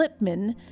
Lipman